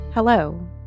Hello